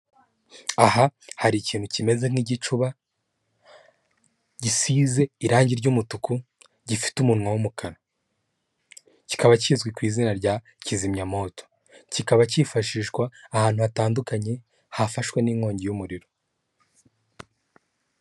Aha hari ikintu kimeze nk'igicuba gisize irangi ry'umutuku, gifite umunwa w'umukara, kikaba kizwi ku izina rya kizimyamoto, kikaba cyifashishwa ahantu hatandukanye hafashwe n'inkongi y'umuriro.